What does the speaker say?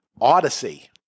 Odyssey